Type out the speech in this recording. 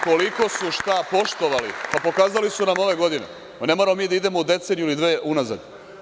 Koliko su šta poštovali, pa pokazali su nam ove godine. ne moramo mi da idemo u deceniju ili dve unazad.